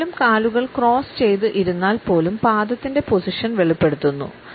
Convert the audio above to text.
ആരെങ്കിലും കാലുകൾ ക്രോസ് ചെയ്തു ഇരുന്നാൽ പോലും പദത്തിൻറെ പൊസിഷൻ വെളിപ്പെടുത്തുന്നു